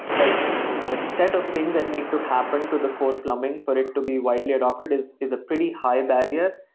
like the set of things that need to happen to the core plumbing for it to be widely adopted is is a pretty high barrier.